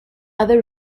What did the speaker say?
other